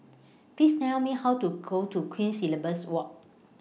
Please Tell Me How to Go to Queen Elizabeth Walk